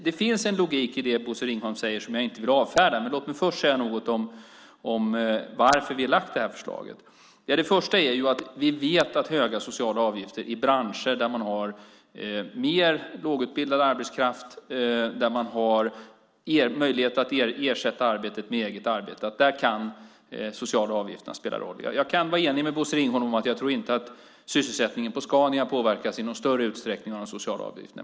Det finns en logik i det som Bosse Ringholm säger som jag inte vill avfärda. Låt mig först säga något om varför vi har lagt fram det här förslaget. Vi vet att höga sociala avgifter kan spela roll i branscher där man har mer lågutbildad arbetskraft och möjlighet att ersätta arbetet med eget arbete. Jag kan hålla med Bosse Ringholm om att sysselsättningen på Scania nog inte påverkas i någon större utsträckning av de sociala avgifterna.